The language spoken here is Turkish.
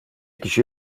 kişi